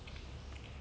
mm mm